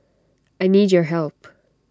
I need your help